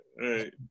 right